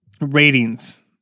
ratings